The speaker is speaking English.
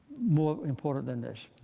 more important than this.